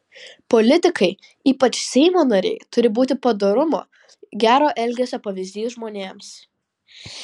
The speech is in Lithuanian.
politikai ypač seimo nariai turi būti padorumo gero elgesio pavyzdys žmonėms